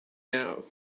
now